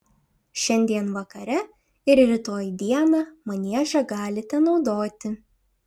šiandien vakare ir rytoj dieną maniežą galite naudoti